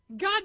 God